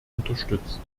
unterstützt